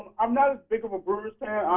i'm not as big of a brewers